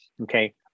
Okay